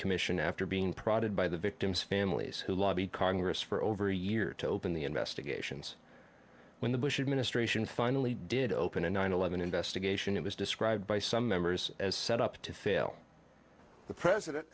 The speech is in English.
commission after being prodded by the victims families who lobbied congress for over a year to open the investigations when the bush administration finally did open a nine eleven investigation it was described by some members as set up to fail the president